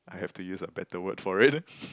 I have to use a better word for it